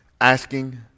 Asking